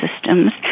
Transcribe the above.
Systems